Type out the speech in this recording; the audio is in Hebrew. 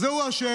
זה הוא אשם.